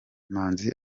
manzi